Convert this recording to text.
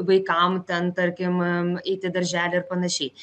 vaikam ten tarkim am eit į darželį ir panašiai